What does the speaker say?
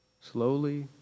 slowly